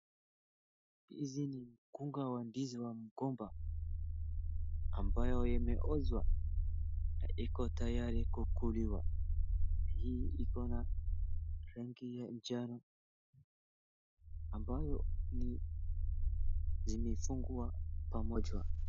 Hizi ni mkunga wa ndizi wa mgomba ambayo yameoza na iko tayari kukuliwa. Na hii iko na rangi ya jano ambayo ni zimefungwa pamoja.